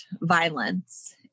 violence